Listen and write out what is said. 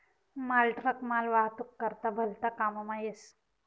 मालट्रक मालवाहतूक करता भलता काममा येस